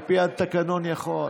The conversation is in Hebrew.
על פי התקנון הוא יכול.